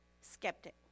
skeptic